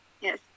yes